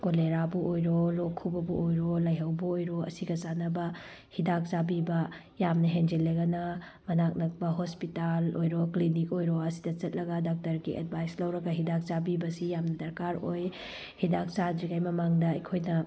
ꯀꯣꯂꯦꯔꯥꯕꯨ ꯑꯣꯏꯔꯣ ꯂꯣꯛ ꯈꯨꯕꯕꯨ ꯑꯣꯏꯔꯣ ꯂꯥꯏꯍꯧꯕꯨ ꯑꯣꯏꯔꯣ ꯑꯁꯤꯒ ꯆꯥꯟꯅꯕ ꯍꯤꯗꯥꯛ ꯆꯥꯕꯤꯕ ꯌꯥꯝꯅ ꯍꯦꯟꯖꯤꯟꯂꯒꯅ ꯃꯅꯥ ꯅꯛꯄ ꯍꯣꯁꯄꯤꯇꯥꯜ ꯑꯣꯏꯔꯣ ꯀ꯭ꯂꯤꯅꯤꯛ ꯑꯣꯏꯔꯣ ꯑꯁꯤꯗ ꯆꯠꯂꯒ ꯗꯥꯛꯇꯔꯒꯤ ꯑꯦꯗꯚꯥꯏꯁ ꯂꯧꯔꯒ ꯍꯤꯗꯥꯛ ꯆꯕꯤꯕꯁꯤ ꯌꯥꯝꯅ ꯗꯔꯀꯥꯔ ꯑꯣꯏ ꯍꯤꯗꯥꯛ ꯆꯥꯗ꯭ꯔꯤꯉꯩ ꯃꯃꯥꯡꯗ ꯑꯩꯈꯣꯏꯅ